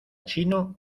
chino